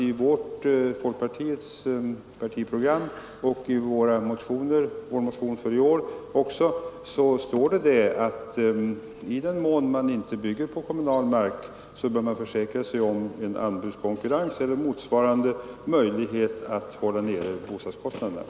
I folkpartiets partiprogram och i vår motion i år står det att i den mån man inte bygger på kommunal mark, bör man försäkra sig om en anbudskonkurrens eller motsvarande för att hålla nere bostadskostnaderna.